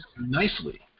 nicely